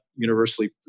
Universally